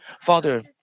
Father